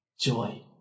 joy